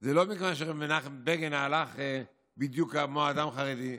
זה לא בגלל שמנחם בגין הלך בדיוק כמו האדם החרדי,